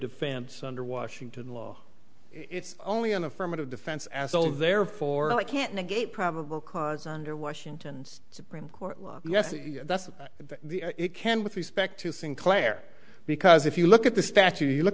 defense under washington law it's only an affirmative defense asshole therefore i can't negate probable cause under washington's supreme court law yes that's it can with respect to sinclair because if you look at the statue you look